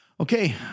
Okay